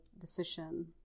decision